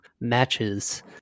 matches